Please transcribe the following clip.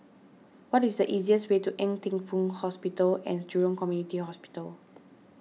what is the easiest way to Ng Teng Fong Hospital and Jurong Community Hospital